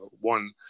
one